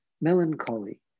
melancholy